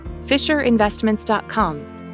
Fisherinvestments.com